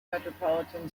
metropolitan